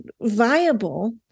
viable